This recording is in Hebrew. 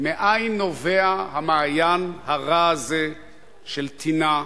מאין נובע המעיין הרע הזה של טינה,